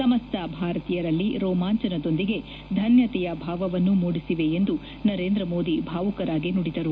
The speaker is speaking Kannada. ಸಮಸ್ತ ಭಾರತೀಯರಲ್ಲಿ ರೋಮಾಂಚನದೊಂದಿಗೆ ಧನ್ಯತೆಯ ಭಾವವನ್ನು ಮೂಡಿಸಿವೆ ಎಂದು ನರೇಂದ್ರ ಮೋದಿ ಭಾವುಕರಾಗಿ ನುಡಿದರು